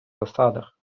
засадах